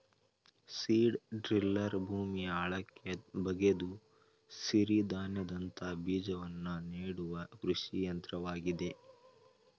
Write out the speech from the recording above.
seed driller ಭೂಮಿಯ ಆಳಕ್ಕೆ ಬಗೆದು ಸಿರಿಧಾನ್ಯದಂತ ಬೀಜವನ್ನು ನೆಡುವ ಕೃಷಿ ಯಂತ್ರವಾಗಿದೆ